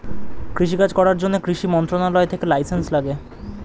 কৃষি কাজ করার জন্যে কৃষি মন্ত্রণালয় থেকে লাইসেন্স লাগে